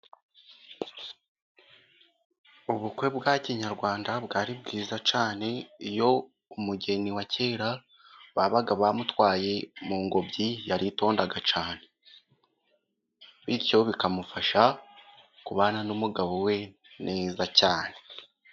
Ubukwe bwa kinyarwanda bwari bwiza cyane. Iyo umugeni wa kera babaga bamutwaye mu ngobyi yaritondaga cyane. Bityo bikamufasha kubana n'umugabo we neza cyane.